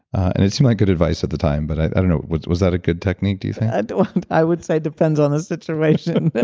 and it seemed like good advice at the time. but i don't know was was that a good technique do you think? i don't. and i would say depends on the situation, but